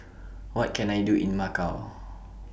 What Can I Do in Macau